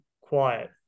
quiet